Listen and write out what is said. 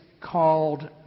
called